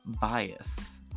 bias